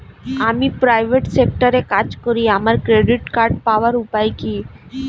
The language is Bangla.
আমি প্রাইভেট সেক্টরে কাজ করি আমার ক্রেডিট কার্ড পাওয়ার উপায় কি?